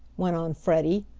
went on freddie.